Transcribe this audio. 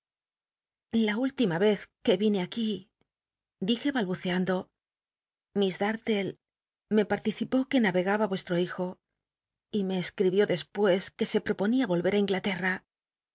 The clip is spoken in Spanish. la última vez que ine aquí dije balbucean do miss dalle me participó que navegaba ucstro hijo y me escl'ibió desmcs que se proponía oi ver i inglalcrra